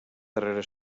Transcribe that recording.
darrere